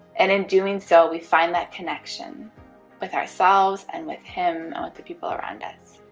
and in doing so we find that connection with ourselves, and with him, and with the people around us